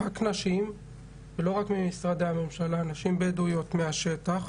רק נשים ולא רק ממשרדי הממשלה, נשים בדואיות מהשטח